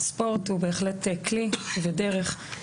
ספורט הוא בהחלט כלי ודרך.